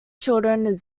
children